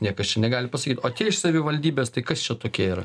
niekas čia negali pasakyt o tie iš savivaldybės tai kas čia tokie yra